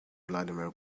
vladimir